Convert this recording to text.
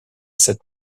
cette